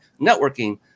networking